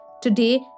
Today